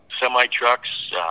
semi-trucks